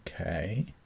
okay